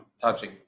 touching